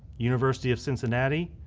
university of cincinnati,